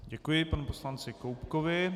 Děkuji panu poslanci Koubkovi.